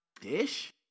Dish